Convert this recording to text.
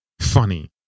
Funny